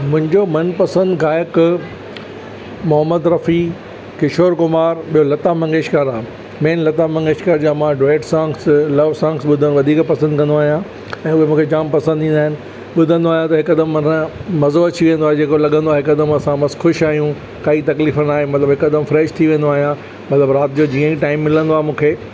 मुंहिंजो मनपंसद गायक मोहम्म्द रफ़ी किशोर कुमार ॿियो लता मंगेशकर आहे मेन लता मंगेशकर जा मां डूएट सोंग्स लव सोंग्स ॿुधण वधीक पसंद कंदो आहियां ऐं मूंखे उहे जाम पसंद ईंदा आहिनि ॿुधंदो आहियां त हिकदम माना मज़ो अची वेंदो आहे ॼण को लॻंदो आहे हिकदम असां बस ख़ुश आहियूं काई तकलीफ़ न आहे मतिलब हिकदम फ़्रेश थी वेंदो आहियां मतिलब रात जो जीअं ई टाइम मिलंदो आहे मूंखे